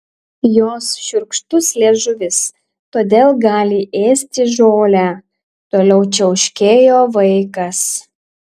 jos šiurkštus liežuvis todėl gali ėsti žolę toliau čiauškėjo vaikas